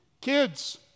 Kids